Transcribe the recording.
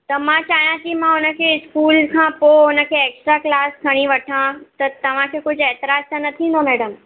त मां चाहियां थी मां हुनखे स्कूल खां पोइ हुन खे एक्स्ट्रा क्लास खणी वठां त तव्हांखे कुझु ऐतराज़ु त न थींदो मैडम